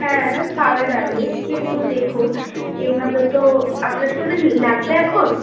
হ্যাঁ পাবেন আপনি কিন্তু দেখুন এইভাবে তো আপনার কি ওটা লাগবে এখন